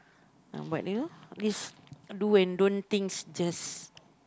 but you know this do and don't things just